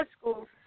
school